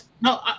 no